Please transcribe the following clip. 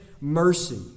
mercy